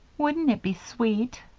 wouldn't it be sweet,